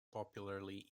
popularly